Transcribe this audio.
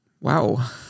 Wow